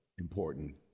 important